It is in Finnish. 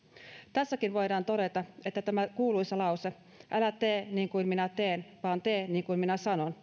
tässäkin voidaan todeta että tämä kuuluisa lause älä tee niin kuin minä teen vaan tee niin kuin minä sanon